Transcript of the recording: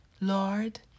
Lord